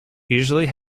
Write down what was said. usually